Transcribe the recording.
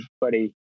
buddy